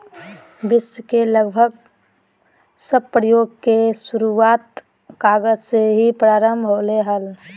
विश्व के लगभग सब प्रक्रिया के शुरूआत कागज से ही प्रारम्भ होलय हल